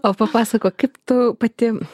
o papasakok kaip tu pati